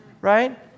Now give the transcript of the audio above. Right